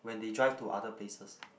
when they drive to other places